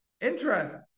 interest